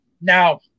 Now